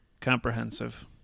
comprehensive